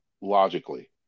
logically